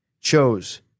chose